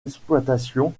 exploitation